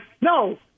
no